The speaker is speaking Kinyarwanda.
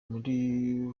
muri